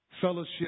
fellowship